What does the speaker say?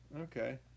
Okay